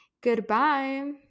Goodbye